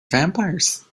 vampires